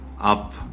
up